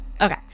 okay